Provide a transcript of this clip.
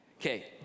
Okay